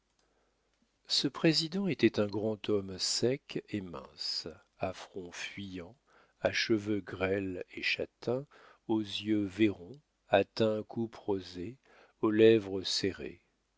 ce président était un grand homme sec et mince à front fuyant à cheveux grêles et châtains aux yeux vairons à teint couperosé aux lèvres serrées